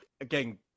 again